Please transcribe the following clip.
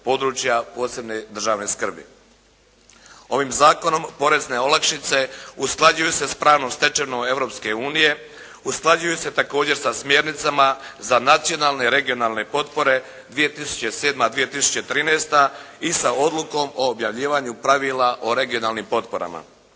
područja posebne državne skrbi. Ovim zakonom porezne olakšice usklađuju se s pravnom stečevinom Europske unije, usklađuju se također sa smjernicama za Nacionalne regionalne potpore 2007.-2013. i sa Odlukom o objavljivanju pravila o regionalnim potporama.